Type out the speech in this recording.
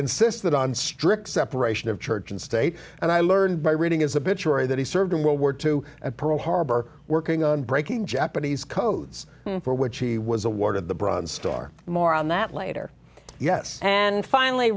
insisted on strict separation of church and state and i learned by reading as a bit sure that he served in world war two and parole harbor working on breaking japanese codes for which he was awarded the bronze star more on that later yes and finally